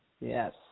Yes